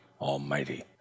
almighty